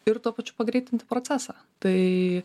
ir tuo pačiu pagreitinti procesą tai